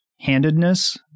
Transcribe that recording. handedness